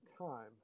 time